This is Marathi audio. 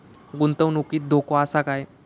गुंतवणुकीत धोको आसा काय?